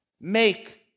make